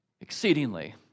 exceedingly